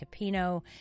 Capino